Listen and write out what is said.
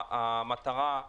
המטרה היא